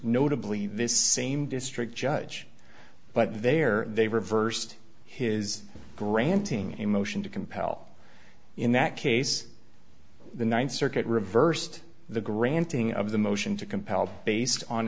notably this same district judge but there they reversed his granting a motion to compel in that case the ninth circuit reversed the granting of the motion to compel based on